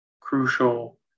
crucial